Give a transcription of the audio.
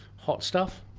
hot stuff?